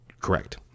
Correct